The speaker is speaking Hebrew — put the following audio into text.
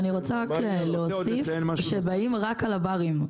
אני רק רוצה להוסיף שבאים רק על הברים,